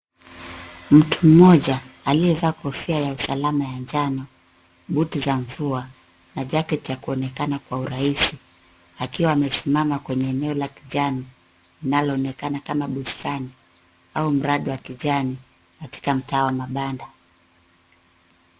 Mtu mmoja aliyevaa kofia ya usalama ya njano, buti za mvua na cs[jacket]cs ya kuonekana kwa urahisi akiwa amesimama kwaenye eneo la kijani linaloonekana kama bustani au mradi wa kijani katika mtaa wa mabanda.